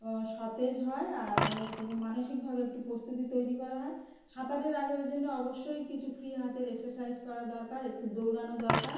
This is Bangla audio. সতেজ হয় আর হচ্ছে কি মানসিকভাবে একটু প্রস্তুতি তৈরি করা হয় সাঁতারের আগে ওই জন্যে অবশ্যই কিছু ফ্রি হাতের এক্সারসাইজ করা দরকার একটু দৌড়ানো দরকার